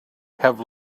have